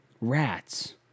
Rats